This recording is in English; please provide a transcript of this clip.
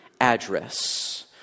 address